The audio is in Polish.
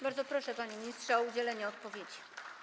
Bardzo proszę, panie ministrze, o udzielenie odpowiedzi.